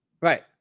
right